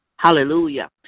Hallelujah